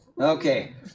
Okay